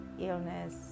illness